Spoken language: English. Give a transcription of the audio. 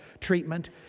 treatment